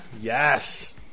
Yes